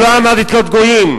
הוא לא אמר לתלות גויים,